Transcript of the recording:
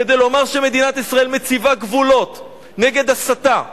כדי לומר שמדינת ישראל מציבה גבולות נגד הסתה.